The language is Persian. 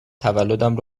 تولدم